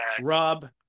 Rob